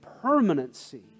permanency